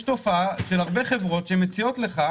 יש תופעה של הרבה חברות שמציעות לך,